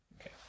Okay